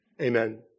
Amen